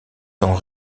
sont